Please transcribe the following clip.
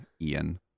Ian